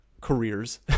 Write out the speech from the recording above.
careers